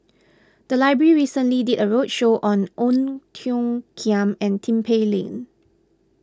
the library recently did a roadshow on Ong Tiong Khiam and Tin Pei Ling